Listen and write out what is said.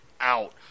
out